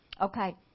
Okay